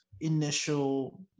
initial